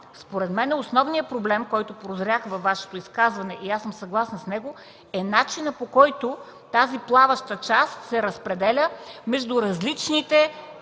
Според мен основният проблем, който прозрях във Вашето изказване и съм съгласна с него, е начинът, по който тази плаваща част се разпределя между различните